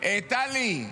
טלי,